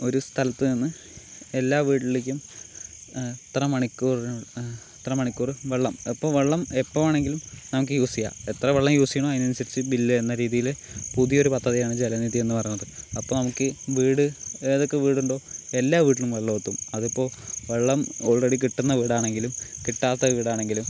ഒരു സ്ഥലത്ത് നിന്ന് എല്ലാ വീട്ടിലേക്കും എത്ര മണിക്കൂറി എത്ര മണിക്കൂർ വെള്ളം എപ്പോൾ വെള്ളം എപ്പോൾ വേണെങ്കിലും നമ്മൾക്ക് യൂസ് ചെയ്യാം എത്ര വെള്ളം യൂസെയ്യണോ അതിനനുസരിച്ച് ബില്ല് എന്ന രീതിയിൽ പുതിയൊരു പദ്ധതിയാണ് ജലനിധി എന്ന് പറഞ്ഞത് അപ്പോൾ നമ്മൾക്ക് വീട് ഏതൊക്കെ വീടുണ്ടോ എല്ലാ വീട്ടിലും വെള്ളം എത്തും അതിപ്പോൾ വെള്ളം ഓൾറെഡി കിട്ടുന്ന വീടാണെങ്കിലും കിട്ടാത്ത വീടാണെങ്കിലും